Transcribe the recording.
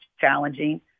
challenging